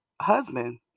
husband